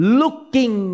looking